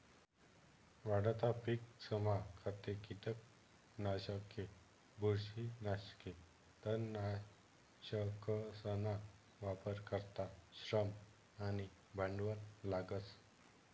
वाढता पिकसमा खते, किटकनाशके, बुरशीनाशके, तणनाशकसना वापर करता श्रम आणि भांडवल लागस